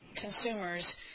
consumers